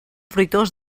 fruitós